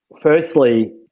firstly